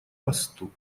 посту